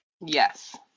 yes